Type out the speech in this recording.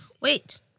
Wait